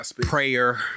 Prayer